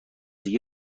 سوی